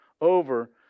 over